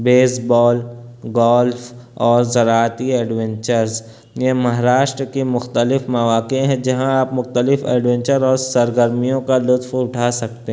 baseball golf اور زراعتی adventures یہ مہراشٹر کی مختلف مواقع ہیں جہاں آپ مختلف ایڈوینچر اور سرگرمیوں کا لطف اٹھا سکتے